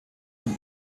von